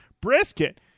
brisket